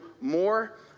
more